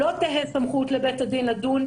לא תהא סמכות לבית הדין לדון,